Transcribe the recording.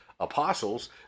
apostles